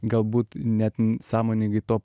galbūt net sąmoningai to